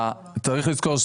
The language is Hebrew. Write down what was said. צריך לזכור,